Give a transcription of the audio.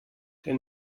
der